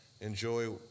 enjoy